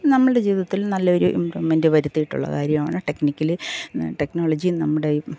നമ്മളുടെ ജീവിതത്തിൽ നല്ലൊരു ഇമ്പ്രൂവ്മെൻ്റ് വരുത്തീട്ടുള്ള കാര്യമാണ് ടെക്നിക്കലി ടെക്നോളജി നമ്മുടെ